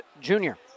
junior